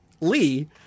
Lee